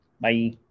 bye